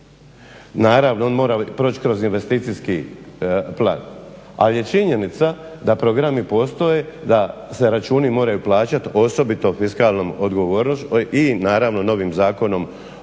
Naravno, on mora proći kroz investicijski plan. Ali je činjenica da programi postoje, da se računi moraju plaćati, osobito fiskalnom odgovornošću i naravno novim zakonom